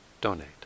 donate